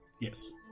yes